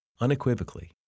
unequivocally